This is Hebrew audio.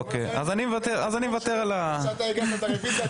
אוקיי, אז אני מוותר על הנימוק.